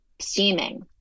steaming